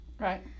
Right